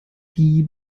die